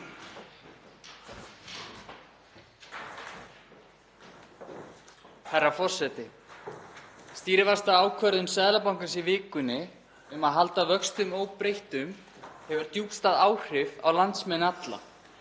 Herra forseti. Stýrivaxtaákvörðun Seðlabankans í vikunni um að halda vöxtum óbreyttum hefur djúpstæð áhrif á landsmenn alla.